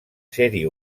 sèrie